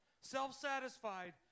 Self-satisfied